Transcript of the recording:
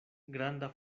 granda